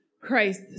Christ